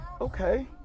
Okay